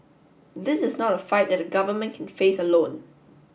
this is not a fight that the government can face alone